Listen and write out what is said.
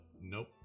Nope